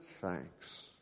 thanks